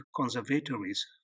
conservatories